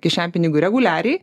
kišenpinigių reguliariai